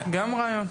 גם רעיון.